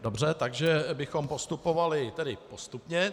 Dobře, takže bychom postupovali tedy postupně.